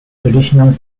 traditional